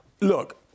Look